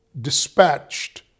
dispatched